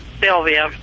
sylvia